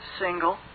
single